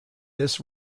this